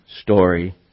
story